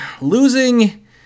losing